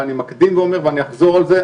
ואני מקדים ואומר ואני אחזור על זה,